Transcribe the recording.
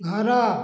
ଘର